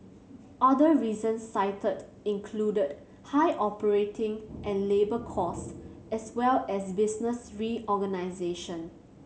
other reasons cited included high operating and labour costs as well as business reorganisation